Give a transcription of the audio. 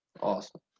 Awesome